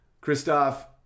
Christoph